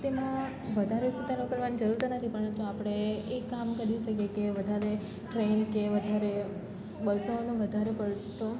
તેમાં વધારે સુધારો કરવાની જરૂર તો નથી પરંતુ આપણે એક કામ કરી શકીએ કે વધારે ટ્રેન કે વધારે બસોનો વધારે પડતો